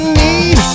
need